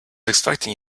expecting